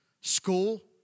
school